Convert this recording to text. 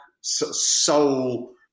soul